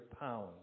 pounds